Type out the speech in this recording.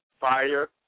fire